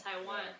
Taiwan